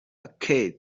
kate